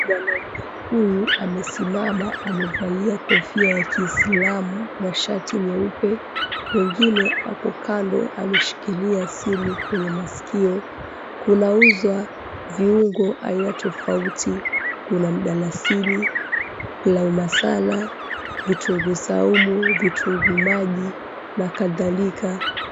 Mwanaume huyu amesimama amevalia kofia ya kiislamu na shati nyeupe mwengine aliye kando ameshikilia simu kwenye maskio, kunauzwa viungo aina tofauti, kuna mdalasini, pilau masala, vitungu saumu, vitunguu maji na kadhalika.